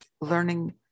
learning